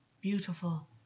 Beautiful